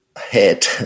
head